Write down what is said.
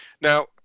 Now